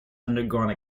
undergone